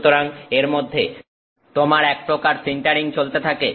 সুতরাং এর মধ্যে তোমার এক প্রকার সিন্টারিং চলতে থাকে